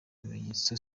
bimenyetso